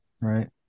right